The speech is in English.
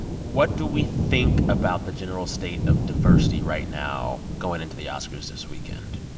what do we think about the general state of diversity right now going into the oscars this weekend?